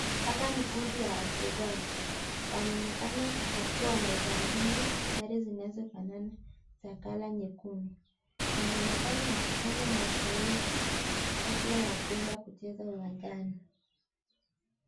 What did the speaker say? Hapa ni kundi ya wachezaji, wanaonekana wakiwa wamevalia sare zinazofanana za color nyekundu, wanaonekana wakifanya mazoezi kabla ya kuenda kucheza uwanjani.